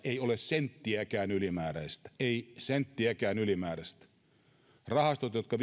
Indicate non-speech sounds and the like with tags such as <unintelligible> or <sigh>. ei ole senttiäkään ylimääräistä ei senttiäkään ylimääräistä rahastoissa jotka <unintelligible>